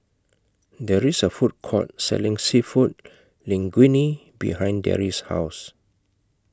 There IS A Food Court Selling Seafood Linguine behind Darry's House